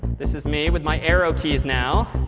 this is me with my arrow keys now.